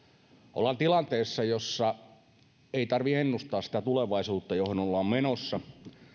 ollaan tilanteessa jossa ei tarvitse ennustaa sitä tulevaisuutta johon ollaan menossa